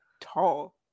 tall